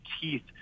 teeth